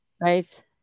Right